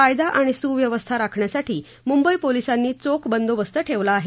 कायदा आणि सुव्यवस्था राखण्यासाठी मुंबई पोलिसांनी चोख बंदोबस्त ठेवला आहे